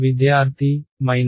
విద్యార్థి మైనస్